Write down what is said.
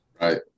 Right